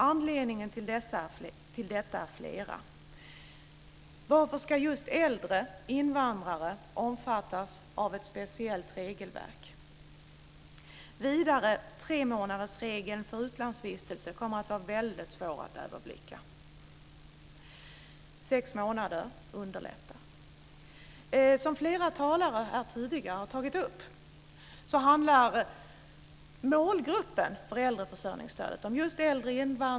Det finns flera anledningar till detta. Varför ska just äldre invandrare omfattas av ett speciellt regelverk? Tremånadersregeln för utlandsvistelse kommer att vara väldigt svår att överblicka - sex månader underlättar. Flera talare har tidigare tagit upp frågan om målgruppen för äldreförsörjningsstödet.